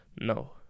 no